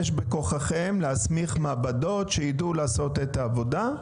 יש בכוחכם להסמיך מעבדות שידעו לעשות את העבודה?